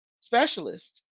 specialist